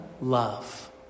Love